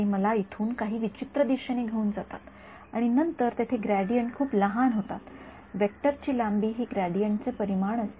ते मला इथून काही विचित्र दिशेने घेऊन जातात आणि नंतर येथे ग्रेडियंट्स खूप लहान होतात वेक्टरची लांबी ही ग्रेडियंटचे परिमाण असते